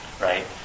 right